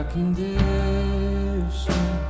Condition